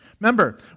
Remember